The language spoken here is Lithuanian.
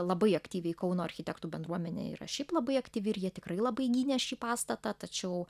labai aktyviai kauno architektų bendruomenė yra šiaip labai aktyvi ir jie tikrai labai gynė šį pastatą tačiau